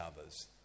others